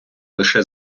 лише